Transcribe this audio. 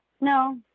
no